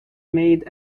made